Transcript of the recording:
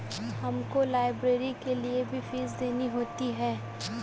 हमको लाइब्रेरी के लिए भी फीस देनी होती है